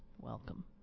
Welcome